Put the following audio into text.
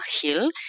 hill